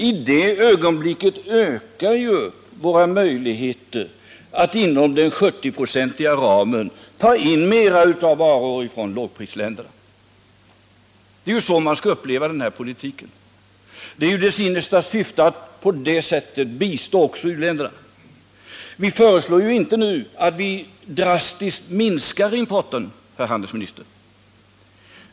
I det ögonblicket ökar våra möjligheter att inom den 70-procentiga ramen ta in mera varor från lågprisländerna. Det är så man skall uppfatta den politiken. Det är dess innersta syfte att på det sättet bistå även u-länderna. Vi föreslår inte nu att importen drastiskt skall minskas, herr handelsminister.